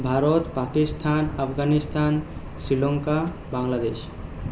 Bharat Pakistan Afghanistan Sri Lanka Bangladesh